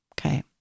okay